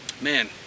man